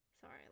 Sorry